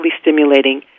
stimulating